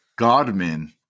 godmen